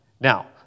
Now